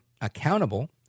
accountable